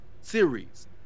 series